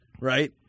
right